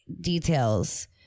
details